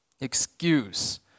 excuse